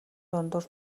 дундуур